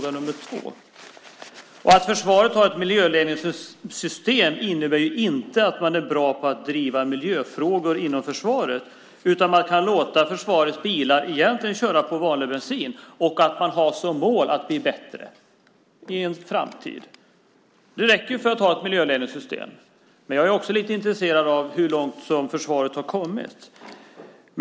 Att försvaret har ett miljöledningssystem innebär inte att man är bra på att driva miljöfrågor inom försvaret. Man kan ju egentligen låta försvarets bilar köra på vanlig bensin och ha som mål att i en framtid bli bättre. Det räcker för att ha ett miljöledningssystem. Men jag är också lite intresserad av att höra hur långt försvaret har kommit.